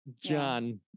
John